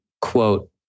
quote